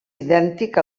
idèntic